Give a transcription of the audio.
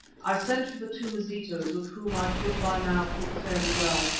i sent for the two mazitus, with whom i could by now talk fairly well,